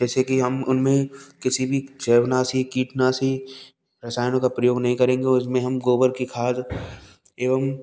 जैसे कि हम उनमें किसी भी वेब नासिक कीटनाशी रसायनों का प्रयोग नहीं करेंगे उसमें हम गोबर की खाद एवं